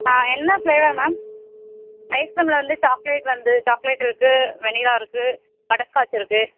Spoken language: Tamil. ஆ என்ன ஃப்ளேவர் மேம் ஐஸ்கிரீமில் வந்து சாக்லேட் வந்து சாக்லேட் இருக்குது வெண்ணிலா இருக்குது பட்டர் ஸ்காட்ச் இருக்குது